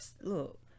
Look